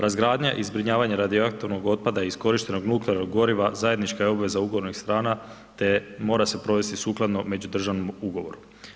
Razgradnja i zbrinjavanje radioaktivnog otpada i iskorištenog nuklearnog goriva zajednička je obveza ugovornih strana te mora se provesti sukladno međudržavnim ugovorom.